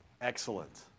Excellent